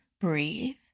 breathe